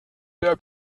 der